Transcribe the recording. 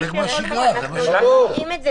הוא יכול להיכנס.